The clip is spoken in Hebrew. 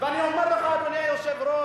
ואני אומר לך, אדוני היושב-ראש,